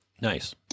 Nice